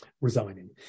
resigning